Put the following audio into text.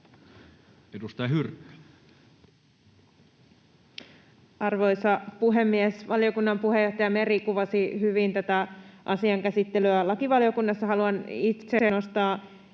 Content: Arvoisa puhemies! Valiokunnan puheenjohtaja Meri kuvasi hyvin tätä asian käsittelyä lakivaliokunnassa. Haluan itse myöskin